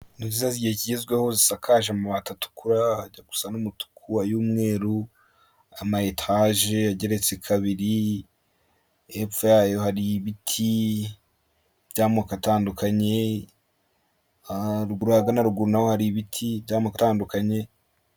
Izu nziza zigiye kigezweho zisakaje amabati atukura hajya gusa n'umutuku wamweru ama etge yageretse kabiri hepfo yayo hari ibiti by'amoko atandukanye rwagana na rugu hari ibiti byamutandukanye.